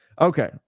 okay